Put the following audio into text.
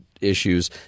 issues